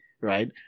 right